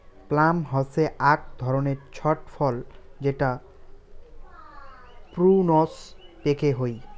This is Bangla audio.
প্লাম হসে আক ধরণের ছট ফল যেটা প্রুনস পেকে হই